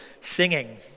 singing